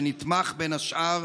שנתמך בין השאר